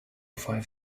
five